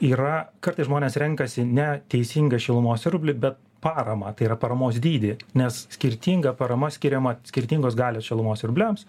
yra kartais žmonės renkasi ne teisingą šilumos siurblį bet paramą tai yra paramos dydį nes skirtinga parama skiriama skirtingos galios šilumos siurbliams